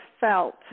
felt